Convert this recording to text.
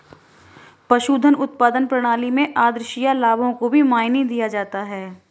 पशुधन उत्पादन प्रणाली में आद्रशिया लाभों को भी मायने दिया जाता है